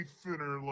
thinner